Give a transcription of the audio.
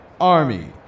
Army